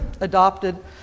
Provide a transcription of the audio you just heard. adopted